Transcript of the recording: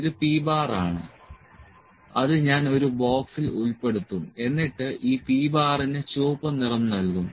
ഇത് p ആണ് അത് ഞാൻ ഒരു ബോക്സിൽ ഉൾപ്പെടുത്തും എന്നിട്ട് ഈ p ന് ചുവപ്പ് നിറം നൽകും